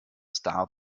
star